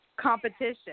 competition